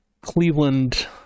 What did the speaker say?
Cleveland